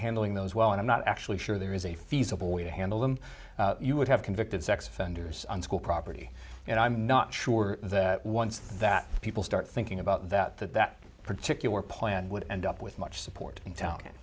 handling those well and i'm not actually sure there is a feasible way to handle them you would have convicted sex offenders on school property and i'm not sure that once that people start thinking about that that that particular plan would end up with much support in